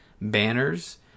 banners